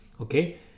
okay